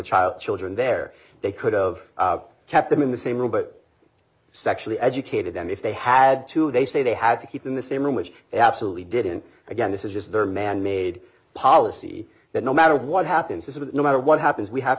child children there they could of kept them in the same room but sexually educated them if they had to they say they had to keep in the same room which they absolutely did and again this is just their manmade policy that no matter what happens is that no matter what happens we have